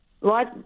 right